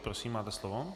Prosím, máte slovo.